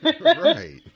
right